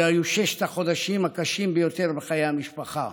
אלה היו ששת החודשים הקשים ביותר בחיי המשפחה,